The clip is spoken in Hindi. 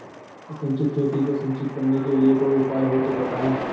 असिंचित खेती को सिंचित करने के लिए कोई उपाय हो तो बताएं?